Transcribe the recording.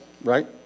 right